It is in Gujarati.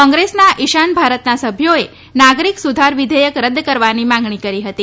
કોંગ્રેસના ઇશાન ભારતના સભ્યોએ નાગરિક સુધાર વિધેયક રદ કરવાની માંગણી કરી હતી